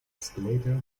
escalator